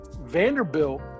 Vanderbilt